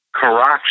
Karachi